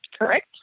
Correct